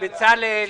בצלאל,